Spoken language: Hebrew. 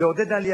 מעבר לזה צריך